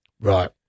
Right